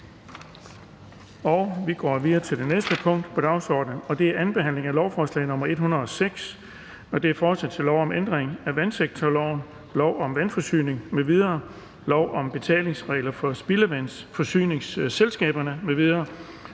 --- Det næste punkt på dagsordenen er: 10) 2. behandling af lovforslag nr. L 106: Forslag til lov om ændring af vandsektorloven, lov om vandforsyning m.v., lov om betalingsregler for spildevandsforsyningsselskaber m.v.